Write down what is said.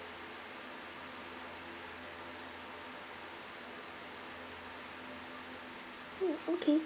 mm okay